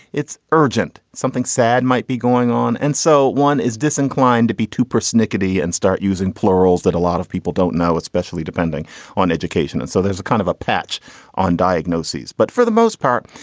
it's urgent. something sad might be. on and so one is disinclined to be too persnickety and start using plurals that a lot of people don't know, especially depending on education, and so there's a kind of a patch on diagnoses. but for the most part,